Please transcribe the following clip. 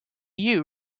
you